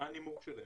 מה הנימוק שלהם?